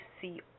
see